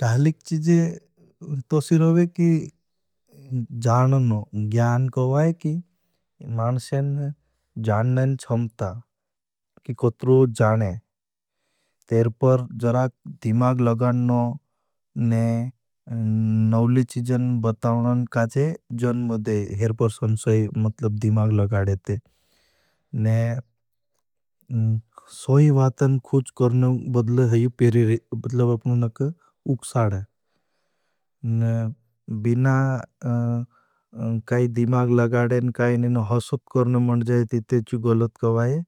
कहलिक चीजे तो सिरोबे की जाननों, ज्ञान को वाई की, माणशेन जाननें छम्ता की कोतरो जानें, तेरे पर जड़ा दिमाग लगाननों ने नवली चीज़न बताउनन काजे जनम दे। हेर पर संसोय मतलब दिमाग लगाडेते। सोय वातन खुच करना बदला है, बदला आपनों नक उकसाड है। बिना काई दिमाग लगाडेन, काई नेन हसुत करने मंद जाएती, तेरे ची गलत करवा है।